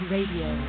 Radio